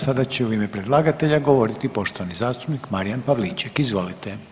Sada će u ime predlagatelja govoriti poštovani zastupnik Marijan Pavliček, izvolite.